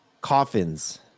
coffins